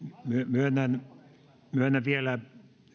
myönnän myönnän vielä